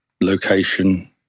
location